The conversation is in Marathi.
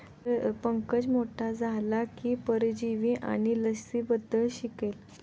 पंकज मोठा झाला की परजीवी आणि लसींबद्दल शिकेल